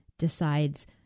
decides